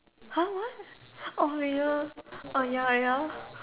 !huh! what oh ya oh ya ya